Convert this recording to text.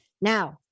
Now